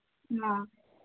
ꯑꯥ